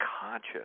conscious